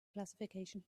classification